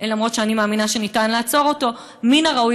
אף שאני מאמינה שניתן לעצור אותו מן הראוי